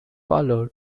followed